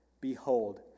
Behold